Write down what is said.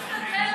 איך זה מסתדר,